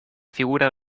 figura